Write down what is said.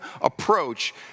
approach